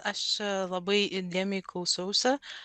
aš labai įdėmiai klausiausi